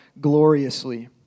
gloriously